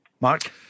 Mark